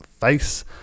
face